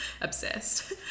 Obsessed